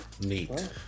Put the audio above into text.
Neat